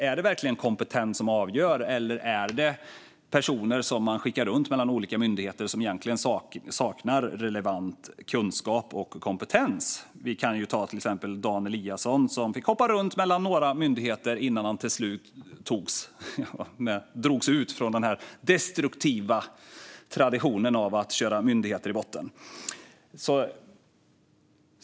Är det verkligen kompetens som avgör, eller skickar man runt personer mellan olika myndigheter som egentligen saknar relevant kunskap och kompetens? Vi kan ju exempelvis ta Dan Eliasson, som fick hoppa runt mellan några myndigheter innan han till slut drogs ut från den destruktiva traditionen att köra myndigheter i botten.